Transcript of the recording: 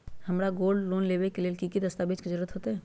हमरा gold loan लेबे के लेल कि कि दस्ताबेज के जरूरत होयेत?